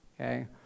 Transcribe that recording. Okay